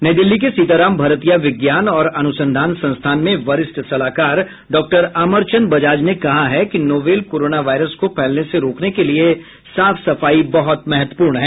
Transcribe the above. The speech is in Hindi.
नई दिल्ली के सीताराम भरतिया विज्ञान और अनुसंधान संस्थान में वरिष्ठ सलाहकार डॉक्टर अमरचंद बजाज ने कहा कि नोवेल कोरोना वायरस को फैलने से रोकने के लिए साफ सफाई बहुत महत्वपूर्ण है